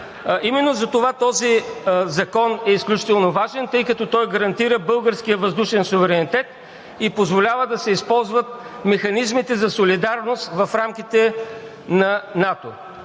Именно затова този Законопроект е изключително важен, тъй като той гарантира българския въздушен суверенитет и позволява да се използват механизмите за солидарност в рамките на НАТО.